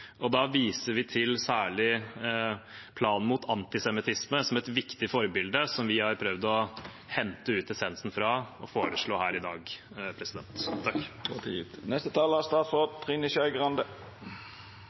riktig. Da viser vi særlig til planen mot antisemittisme som et viktig forbilde, som vi har prøvd å hente ut essensen fra i det vi foreslår her i dag. Undersøkelser viser at muslimfiendtlighet og negative fordommer og holdninger til muslimer er